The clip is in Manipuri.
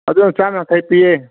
ꯑꯗꯨꯅ ꯆꯥꯝ ꯌꯥꯡꯈꯩ ꯄꯤꯌꯦ